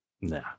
nah